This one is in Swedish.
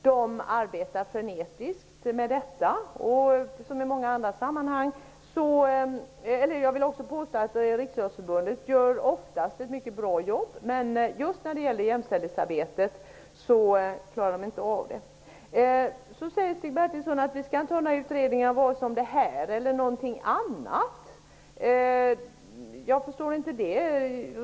Man arbetar frenetiskt med detta. Jag vill påstå att Riksidrottsförbundet oftast gör ett mycket bra jobb, men just jämställdhetsarbetet klarar man inte av. Stig Bertilsson säger att vi inte skall göra några utredningar på vare sig det här området eller något annat område. Det förstår jag inte.